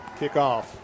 Kickoff